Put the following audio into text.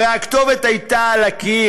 הרי הכתובת הייתה על הקיר.